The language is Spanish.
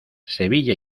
sevilla